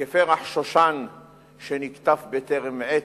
כפרח שושן שנקטף בטרם עת,